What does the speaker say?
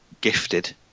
gifted